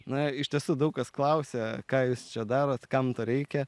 na iš tiesų daug kas klausia ką jūs čia darot kam to reikia